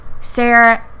Sarah